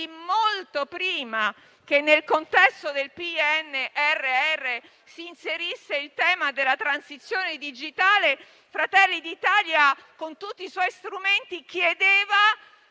molto prima che nel contesto del PNRR si inserisse il tema della transizione digitale, Fratelli d'Italia chiedeva, con tutti gli strumenti a